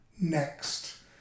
next